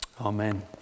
amen